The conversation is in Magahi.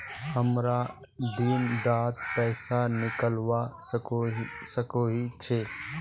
हमरा दिन डात पैसा निकलवा सकोही छै?